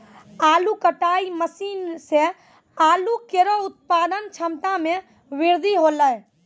आलू कटाई मसीन सें आलू केरो उत्पादन क्षमता में बृद्धि हौलै